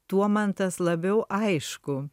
tuo man tas labiau aišku